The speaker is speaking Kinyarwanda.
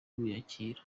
kuyakira